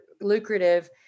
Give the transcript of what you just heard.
lucrative